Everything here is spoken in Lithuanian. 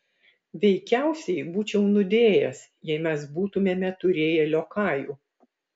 veikiausiai būčiau nudėjęs jei mes būtumėme turėję liokajų